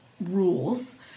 rules